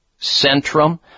Centrum